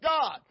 God